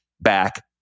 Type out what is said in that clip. back